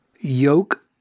yoke